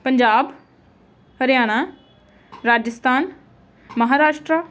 Punjab Haryana Rajasthan Maharashtra